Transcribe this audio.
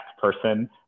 person